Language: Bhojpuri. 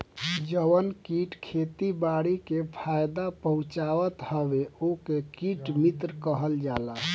जवन कीट खेती बारी के फायदा पहुँचावत हवे ओके कीट मित्र कहल जाला